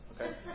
Okay